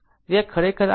તેથી આ ખરેખર આ જ કહે છે